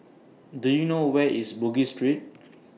Do YOU know Where IS Bugis Street